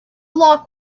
lock